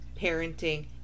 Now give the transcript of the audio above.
parenting